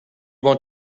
want